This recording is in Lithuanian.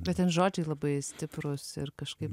bet ten žodžiai labai stiprūs ir kažkaip